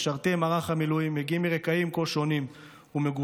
משרתי מערך המילואים מגיעים מרקעים כה שונים ומגוונים.